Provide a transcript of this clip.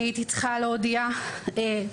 אני הייתי צריכה להודיע ברווחה.